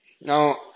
Now